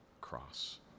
cross